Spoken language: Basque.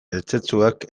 eltzetzuak